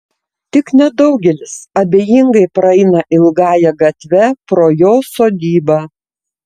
tik nedaugelis abejingai praeina ilgąja gatve pro jo sodybą